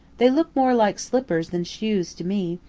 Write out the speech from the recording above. they look more like slippers than shoes to me.